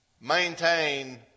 maintain